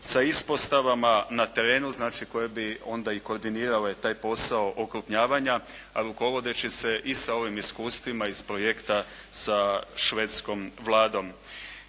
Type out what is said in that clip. sa ispostavama na terenu znači koje bi onda i koordinirale taj posao okrupnjavanja a rukovodeći se i sa ovim iskustvima iz projekta sa švedskom Vladom.